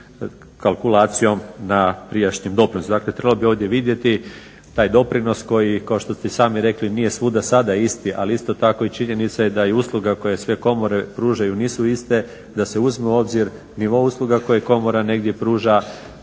kalkulacijom na prijašnjem doprinosu Dakle, trebalo bi ovdje vidjeti taj doprinos koji kao što ste i sami rekli nije svuda sada isti, ali isto tako i činjenica je da i usluga koje sve komore pružaju nisu iste, da se uzmu u obzir nivo usluga koje komora negdje pruža,